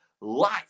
life